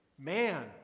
Man